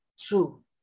true